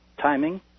timing